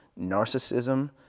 narcissism